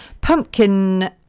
pumpkin